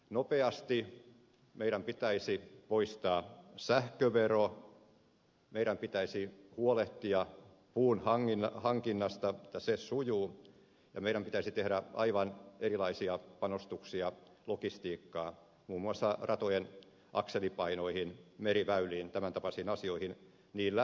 nopeasti meidän pitäisi poistaa sähkövero meidän pitäisi huolehtia puun hankinnasta että se sujuu ja meidän pitäisi tehdä aivan erilaisia panostuksia logistiikkaan muun muassa ratojen akselipainoihin meriväyliin tämän tapaisiin asioihin